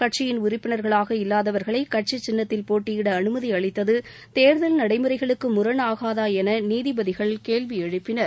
கட்சியின் உறுப்பினர்களாக இல்லாதவர்களை கட்சி சின்னத்தில் போட்டியிட அனுமதி அளித்தது தேர்தல் நடைமுறைகளுக்கு முரண் ஆகாதா என நீதிபதிகள் கேள்வி எழுப்பினர்